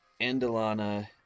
Andalana